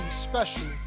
special